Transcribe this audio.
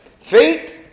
faith